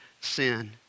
sin